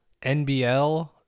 NBL